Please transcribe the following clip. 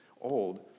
old